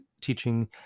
teaching